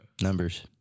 Numbers